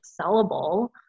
sellable